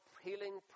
healing